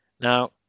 Now